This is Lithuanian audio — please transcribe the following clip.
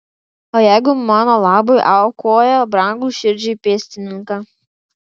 o jeigu mano labui aukoja brangų širdžiai pėstininką